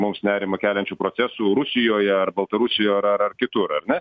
mums nerimą keliančių procesų rusijoje ar baltarusijo ar ar kitur ar ne